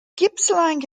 gippsland